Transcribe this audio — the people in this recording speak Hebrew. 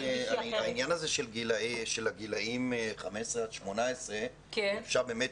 העניין הזה של גילאים 15 עד 18, זה באמת